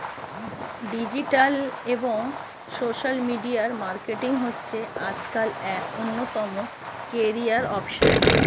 digital এবং social media marketing হচ্ছে আজকালের এক অন্যতম ক্যারিয়ার অপসন